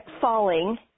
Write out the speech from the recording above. falling